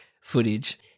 footage